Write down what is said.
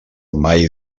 mai